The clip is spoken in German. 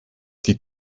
die